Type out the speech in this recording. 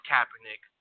Kaepernick